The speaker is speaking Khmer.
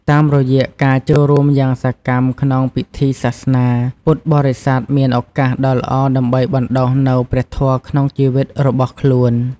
តាមរយៈការចូលរួមយ៉ាងសកម្មក្នុងពិធីសាសនា ពុទ្ធបរិស័ទមានឱកាសដ៏ល្អដើម្បីបណ្ដុះនូវព្រះធម៌ក្នុងជីវិតរបស់ខ្លួន។